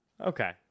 Okay